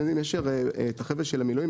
יש את החבר'ה של המילואים.